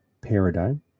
paradigm